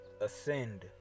Ascend